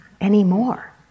anymore